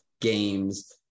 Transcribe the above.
games